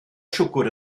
siwgr